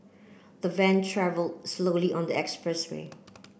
the van travelled slowly on the expressway